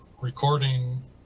recording